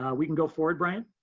we can go forward, bryant.